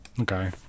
Okay